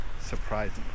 surprising